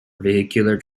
vehicular